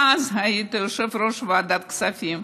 אתה אז היית יושב-ראש ועדת הכספים.